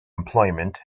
employment